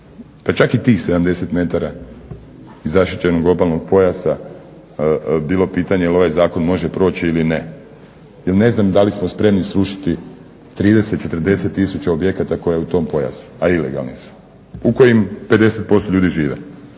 pa čak i tih 70 metara i zaštićenog obalnog pojasa bilo pitanje jel ovaj zakon može proći ili ne. Ne znam da li smo spremni srušiti trideset, četrdeset tisuća objekata koja je u tom pojasu, a ilegalni su. U kojim 50% ljudi žive,